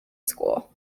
school